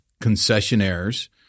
concessionaires